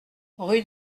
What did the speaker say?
rue